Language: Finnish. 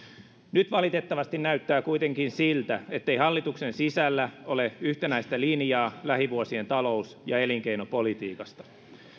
nyt valitettavasti näyttää kuitenkin siltä ettei hallituksen sisällä ole yhtenäistä linjaa lähivuosien talous ja elinkeinopolitiikasta